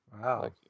Wow